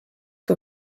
que